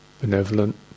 benevolent